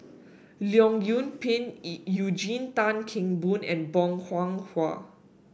Leong Yoon Pin Eugene Tan Kheng Boon and Bong Hiong Hwa